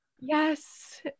yes